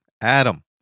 Adam